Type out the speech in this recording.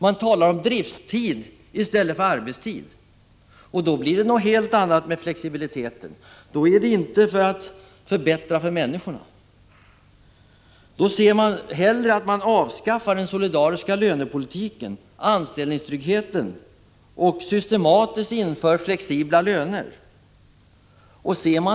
Man talar om ”driftstid” i stället för ”arbetstid”, och då blir flexibilitet någonting helt annat. Då är det inte längre fråga om att åstadkomma förbättringar för människorna. Man ser hellre att den solidariska lönepolitiken och anställningstryggheten avskaffas och att det systematiskt införs flexibla löner.